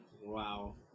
Wow